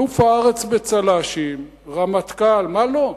אלוף הארץ בצל"שים, רמטכ"ל, מה לא?